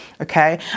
okay